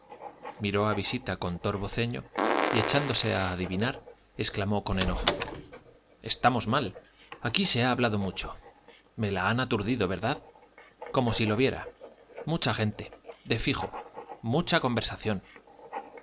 miró a visita con torvo ceño y echándose a adivinar exclamó con enojo estamos mal aquí se ha hablado mucho me la han aturdido verdad como si lo viera mucha gente de fijo mucha conversación